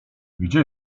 gdzie